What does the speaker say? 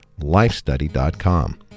lifestudy.com